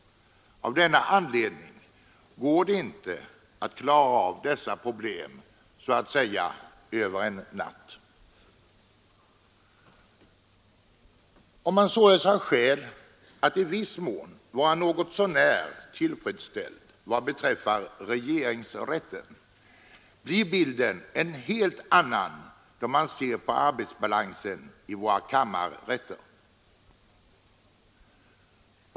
Av denna anledning går det inte att klara av dessa problem ”över en natt”. Om man således har skäl att i viss mån vara något så när tillfredsställd vad beträffar regeringsrätten, blir bilden en helt annan då man ser på arbetsbalansen i våra kammarrätter.